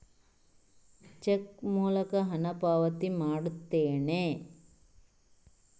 check ಮೂಲಕ ಹಣ ಪಾವತಿ ಮಾಡುತ್ತೇನೆ